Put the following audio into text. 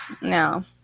No